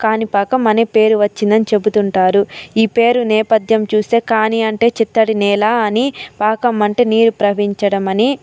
కాణిపాకం అని పేరు వచ్చిందని చెపుతుంటారు ఈ పేరు నేపధ్యం చూస్తే కాణి అంటే చిత్తడి నేల అని పాకం అంటే నీరు ప్రవహించడమని